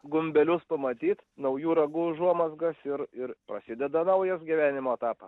gumbelius pamatyt naujų ragų užuomazgas ir ir prasideda naujas gyvenimo etapas